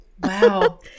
Wow